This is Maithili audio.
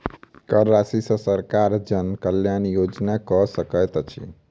कर राशि सॅ सरकार जन कल्याण योजना कअ सकैत अछि